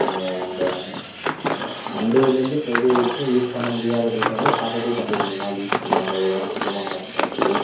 நீங்கள் அந்த மண்டேலேருந்து ஃபிரைடே வரைக்கும் யூஸ் பண்ண முடியாத டேட்டாவை சாட்டர்டே சண்டே ரெண்டு நாள் யூஸ் பண்ணலாங்குற ஒரு அற்புதமான ஆப்ஷன் இருக்குது